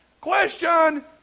question